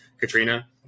Katrina